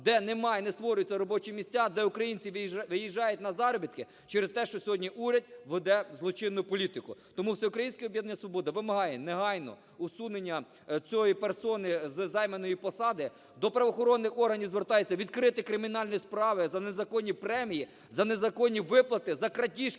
де немає, не створюються робочі місця, де українці виїжджають на заробітки через те, що сьогодні уряд веде злочинну політику. Тому Всеукраїнське об'єднання "Свобода" вимагає негайно усунення цієї персони з займаною посади. До правоохоронних органів звертається: відкрити кримінальні справи за незаконні премії, за незаконні виплати, за крадіжки